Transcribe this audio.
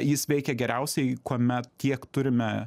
jis veikia geriausiai kuomet tiek turime